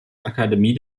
akademie